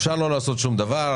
אפשר לא לעשות שום דבר,